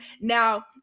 Now